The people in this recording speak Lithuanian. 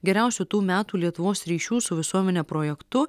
geriausiu tų metų lietuvos ryšių su visuomene projektu